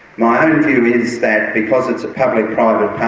my own view is that, because it's a public-private